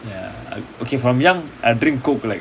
ya from young I drink coke like